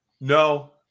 No